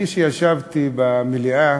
כשישבתי במליאה,